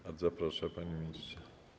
Bardzo proszę, panie ministrze.